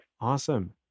Awesome